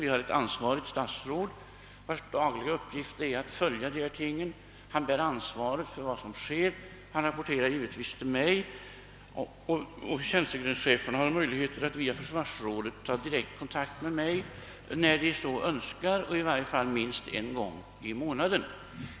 Vi har ett ansvarigt statsråd som har till daglig uppgift att följa dessa frågor; han bär ansvaret för vad som sker. Han rapporterar givetvis till mig, och tjänstegrenschefer har möjligheter att via försvarsrådet ta kontakt med mig när de så önskar och i varje fall minst en gång i månaden.